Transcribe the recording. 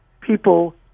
people